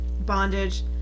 bondage